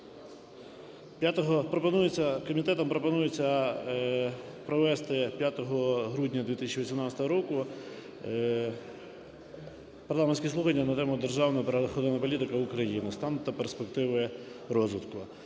комітетом пропонується провести 5 грудня 2018 року парламентські слухання на тему: "Державна природоохоронна політика України: стан та перспективи розвитку".